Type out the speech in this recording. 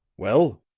well?